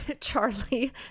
Charlie